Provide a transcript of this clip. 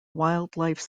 wildlife